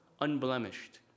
unblemished